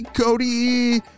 Cody